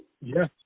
Yes